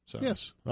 Yes